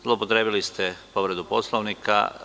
Zloupotrebili ste povredu Poslovnika.